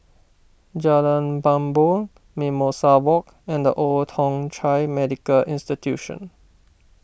Jalan Bumbong Mimosa Walk and the Old Thong Chai Medical Institution